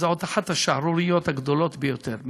זאת אחת השערוריות הגדולות ביותר.